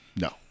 No